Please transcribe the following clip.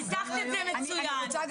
ניסחת את זה מצוין.